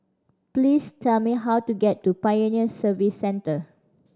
please tell me how to get to Pioneer Service Centre